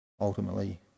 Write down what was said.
Ultimately